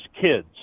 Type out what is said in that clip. kids